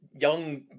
young